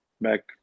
back